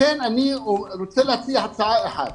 לכן אני רוצה להציע הצעה אחת.